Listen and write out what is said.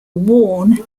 worn